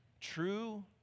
True